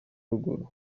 ruguru